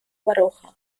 baroja